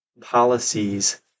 policies